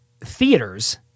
theaters